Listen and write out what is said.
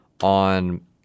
on